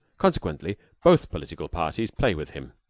consequently both political parties play with him.